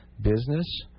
business